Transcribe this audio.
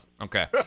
okay